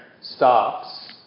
stops